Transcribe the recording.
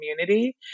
community